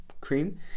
cream